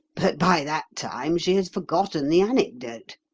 but by that time she has forgotten the anecdote.